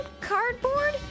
cardboard